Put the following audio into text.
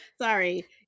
Sorry